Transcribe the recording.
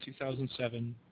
2007